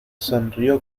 sonrió